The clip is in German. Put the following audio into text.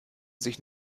sich